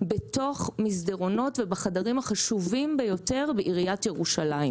בתוך המסדרונות ובחדרים החשובים ביותר בעיריית ירושלים.